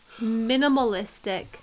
minimalistic